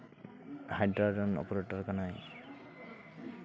Hydra ᱨᱮᱱ operator ᱠᱟᱱᱟᱭ